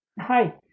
hi